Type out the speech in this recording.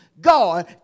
God